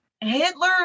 Hitler